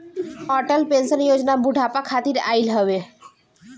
Atal pension योजना बुढ़ापा खातिर आईल हवे